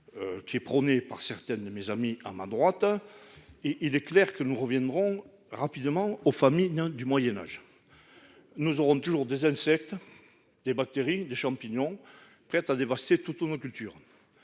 le prônent certains de mes voisins dans cet hémicycle, il est clair que nous reviendrons rapidement aux famines du Moyen Âge. Nous aurons toujours des insectes, des bactéries, des champignons prêts à dévaster nos cultures.